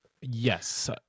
Yes